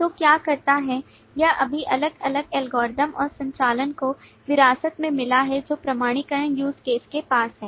तो क्या करता है यह सभी अलग अलग एल्गोरिदम और संचालन को विरासत में मिला है जो प्रमाणीकरण use caseके पास है